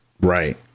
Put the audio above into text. Right